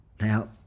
Now